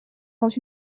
dans